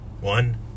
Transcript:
One